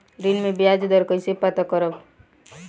ऋण में बयाज दर कईसे पता करब?